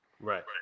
Right